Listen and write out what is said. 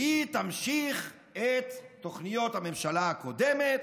היא תמשיך את תוכניות הממשלה הקודמת